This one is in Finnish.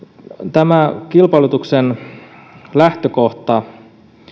jo kilpailutuksen lähtökohta